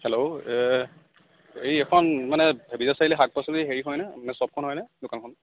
hello হেৰি এইখন মানে হেৰি আছিল শাক পাচলিৰ হেৰি হয়নে মানে শ্বপখন হয়নে দোকানখন